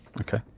Okay